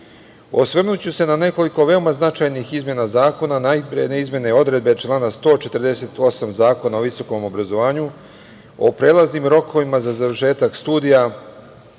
podržati. Osvrnuću se na nekoliko veoma značajnih izmena zakona. Najpre na izmene odredbe člana 148. Zakona o visokom obrazovanju, o prelaznim rokovima za završetak studija